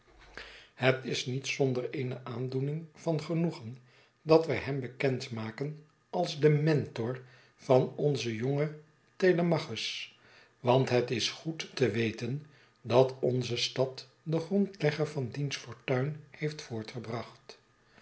het is niet zonder eene aandoening van genoegen dat wij hem bekend maken als den mentor van onzen jongen telemachus want het is goed te weten dat onze stad den grondlegger van diens fortuin heeft voortgebracht